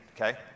okay